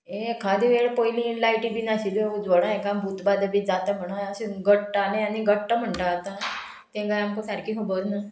हें एखादें वेळ पयलीं लायटी बी नाशिल्ल्यो उजवाडांत हाका भूत बादा बी जाता म्हणोन अशें घडटालें आनी घडटा म्हणटा आतां तें कांय आमकां सारकी खबर ना